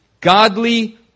Godly